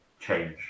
change